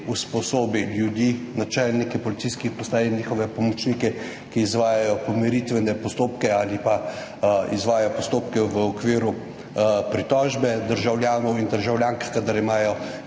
usposobi ljudi, načelnike policijskih postaj in njihove pomočnike, ki izvajajo pomiritvene postopke ali izvajajo postopke v okviru pritožbe državljanov in državljank, kadar imajo